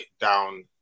down